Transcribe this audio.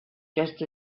just